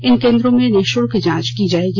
इन केन्द्रों में निःशुल्क जांच की जायेगी